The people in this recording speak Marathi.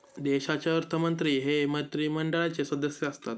देशाचे अर्थमंत्री हे मंत्रिमंडळाचे सदस्य असतात